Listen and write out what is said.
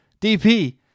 DP